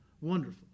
wonderful